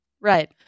Right